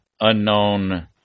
Unknown